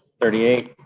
thirty eight,